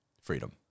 freedom